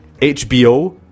HBO